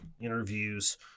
interviews